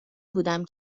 بودم